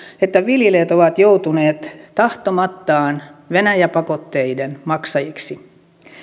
että viljelijät ovat joutuneet tahtomattaan venäjä pakotteiden maksajiksi